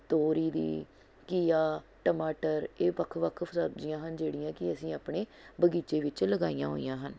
ਤੋਰੀ ਦੀ ਘੀਆ ਟਮਾਟਰ ਇਹ ਵੱਖ ਵੱਖ ਸਬਜ਼ੀਆਂ ਹਨ ਜਿਹੜੀਆਂ ਕਿ ਅਸੀਂ ਆਪਣੇ ਬਗ਼ੀਚੇ ਵਿੱਚ ਲਗਾਈਆਂ ਹੋਈਆਂ ਹਨ